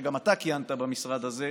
שגם אתה כיהנת במשרד הזה,